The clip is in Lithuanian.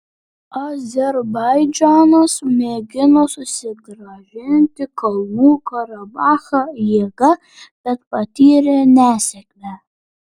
azerbaidžanas mėgino susigrąžinti kalnų karabachą jėga bet patyrė nesėkmę